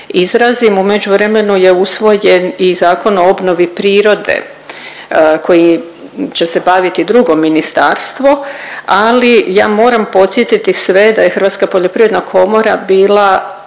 U međuvremenu je usvojen i Zakon o obnovi prirode kojim će se baviti drugo ministarstvo, ali ja moram podsjetiti sve da je Hrvatska poljoprivredna komora bila